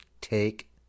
take